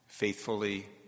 faithfully